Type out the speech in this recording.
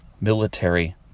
military